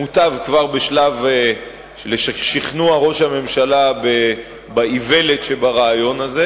מוטב כבר בשלב שכנוע ראש הממשלה באיוולת שברעיון הזה.